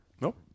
Nope